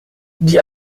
die